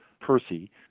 Percy